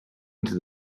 into